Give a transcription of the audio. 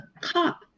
Cop